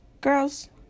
girls